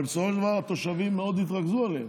אבל בסופו של דבר התושבים מאוד יתרגזו עליהם.